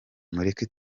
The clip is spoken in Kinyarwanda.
mureke